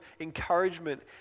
encouragement